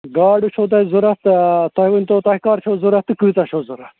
گاڑٕ چھو تۄہہِ ضوٚرتھ آ تُہۍ ؤنۍ تَو تۄہہِ کر چھو ضوٚرتھ تہٕ کۭژاہ چھو ضوٚرتھ